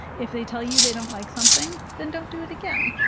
if they tell you they don't like something then don't do it again.